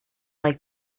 like